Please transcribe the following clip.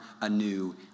anew